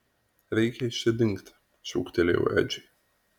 reikia iš čia dingti šūktelėjau edžiui